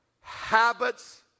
habits